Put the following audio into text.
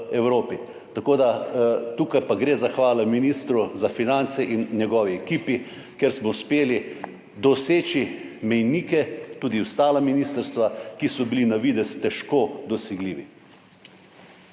Evropi. Tukaj pa gre zahvala ministru za finance in njegovi ekipi, ker smo uspeli doseči mejnike, tudi ostala ministrstva, ki so bili na videz težko dosegljivi.